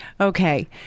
Okay